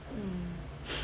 mm